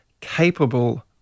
capable